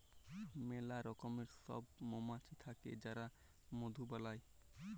ম্যালা রকমের সব মমাছি থাক্যে যারা মধু বালাই